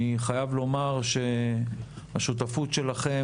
אני חייב לומר שהשותפות שלכם,